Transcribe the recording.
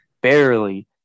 barely